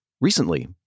Recently